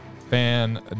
fan